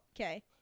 Okay